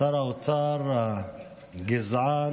שר האוצר הגזען,